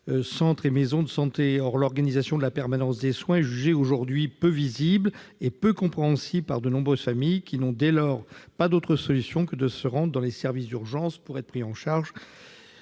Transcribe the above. centres et maisons de santé. Or l'organisation de la permanence des soins est jugée aujourd'hui peu visible et peu compréhensible par de nombreuses familles, qui, dès lors, n'ont pas d'autres solutions que de se rendre dans les services d'urgence pour être prises en charge,